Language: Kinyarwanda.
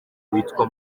witwa